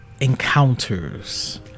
encounters